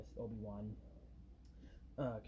Obi-Wan